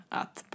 att